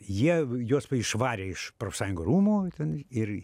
jie juos išvarė iš profsąjungų rūmų ten ir